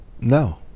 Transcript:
no